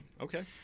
Okay